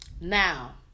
now